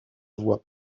voie